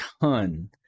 ton